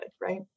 Right